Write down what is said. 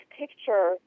picture